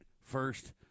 first